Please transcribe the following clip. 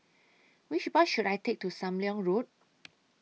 Which Bus should I Take to SAM Leong Road